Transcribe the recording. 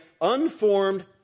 unformed